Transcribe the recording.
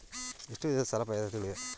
ಎಷ್ಟು ವಿಧದ ಸಾಲ ಪಾವತಿಗಳಿವೆ?